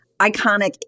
iconic